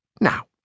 Now